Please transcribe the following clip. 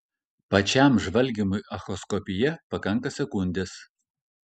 pačiam žvalgymui echoskopija pakanka sekundės